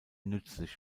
nützlich